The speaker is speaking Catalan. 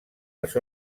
les